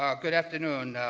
um good afternoon.